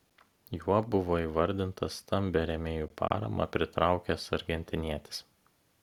juo buvo įvardintas stambią rėmėjų paramą pritraukęs argentinietis